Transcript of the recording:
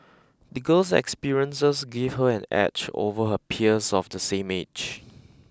the girl's experiences gave her an edge over her peers of the same age